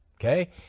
okay